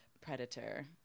predator